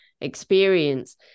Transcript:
experience